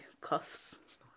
cuffs